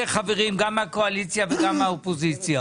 חברים גם מהקואליציה וגם מהאופוזיציה.